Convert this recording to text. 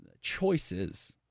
choices